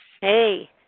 Hey